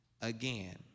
again